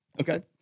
okay